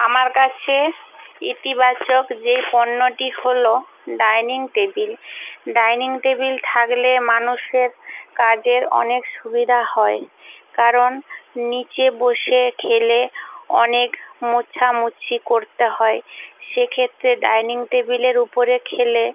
আমার কাছে ইতিবাচক যে পণ্যটি হল ডাইনিং টেবিল ডাইনিং টেবিল থাকলে মানুষের কাজের অনেক সুবিধা হয় কারণ নীচে বসে খেলে অনেক মোছামুছি করতে হয় সেক্ষেত্রে ডাইনিং টেবিলের উপরে খেলে